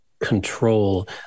control